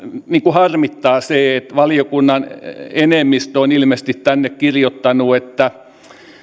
harmittaa se että valiokunnan enemmistö on ilmeisesti tänne kirjoittanut että